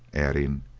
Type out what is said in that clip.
adding,